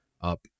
up